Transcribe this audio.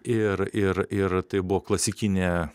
ir ir ir tai buvo klasikinė